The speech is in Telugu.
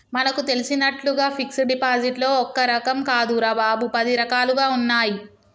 మనకు తెలిసినట్లుగా ఫిక్సడ్ డిపాజిట్లో ఒక్క రకం కాదురా బాబూ, పది రకాలుగా ఉన్నాయి